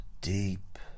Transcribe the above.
deep